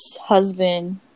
husband